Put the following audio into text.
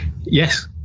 Yes